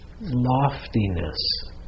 loftiness